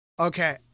Okay